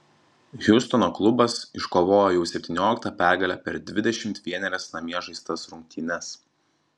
hjustono klubas iškovojo jau septynioliktą pergalę per dvidešimt vienerias namie žaistas rungtynes